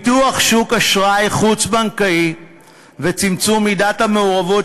פיתוח שוק אשראי חוץ-בנקאי וצמצום מידת המעורבות